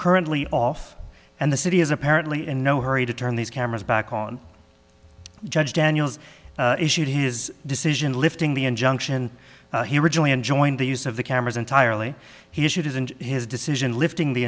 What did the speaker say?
currently off and the city is apparently in no hurry to turn these cameras back on judge daniels issued his decision lifting the injunction he originally enjoined the use of the cameras entirely he issued his and his decision lifting the